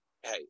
hey